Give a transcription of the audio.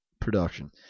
production